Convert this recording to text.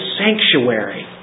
sanctuary